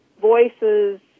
voices